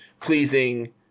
pleasing